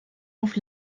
auf